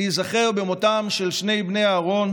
להיזכר במותם של שני בני אהרן